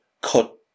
cut